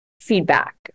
feedback